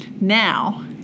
now